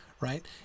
right